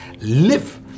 live